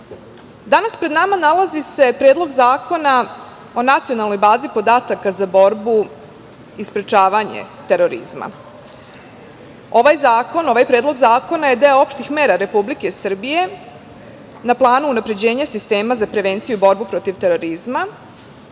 pred nama nalazi se Predlog zakona o nacionalnoj bazi podataka za borbu i sprečavanje terorizma. Ovaj zakon, ovaj predlog zakona je deo opštih mera Republike Srbije na planu unapređenja sistema za prevenciju i borbu protiv terorizma,